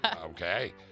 Okay